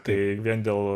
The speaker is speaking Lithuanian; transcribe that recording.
tai vien dėl